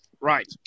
Right